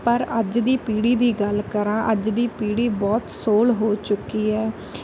ਪਰ ਅੱਜ ਦੀ ਪੀੜ੍ਹੀ ਦੀ ਗੱਲ ਕਰਾਂ ਅੱਜ ਦੀ ਪੀੜ੍ਹੀ ਬਹੁਤ ਸੋਹਲ ਹੋ ਚੁੱਕੀ ਹੈ